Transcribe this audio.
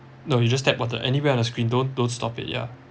no you just tap on the anywhere on a screen don't don't stop it yeah